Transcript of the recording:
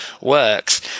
works